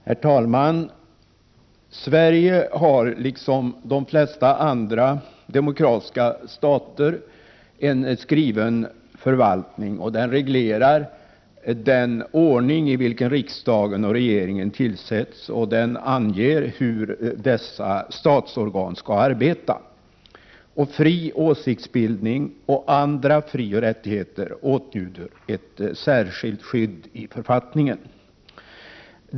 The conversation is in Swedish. Herr talman! Sverige har liksom de flesta andra demokratiska stater en skriven författning. Den reglerar den ordning i vilken riksdagen och regeringen tillsätts, och den anger hur dessa statsorgan skall arbeta. Fri åsiktsbildning och andra frioch rättigheter åtnjuter ett särskilt skydd i författningen.